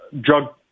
drug